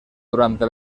durante